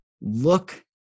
look